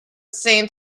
same